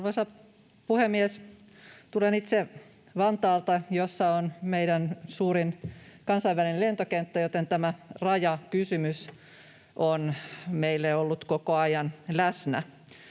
Arvoisa puhemies! Tulen itse Vantaalta, jossa on meidän suurin kansainvälinen lentokenttä, joten tämä rajakysymys on meille ollut koko ajan läsnä.